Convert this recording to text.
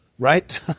Right